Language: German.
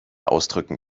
ausdrücken